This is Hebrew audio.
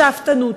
השאפתנות,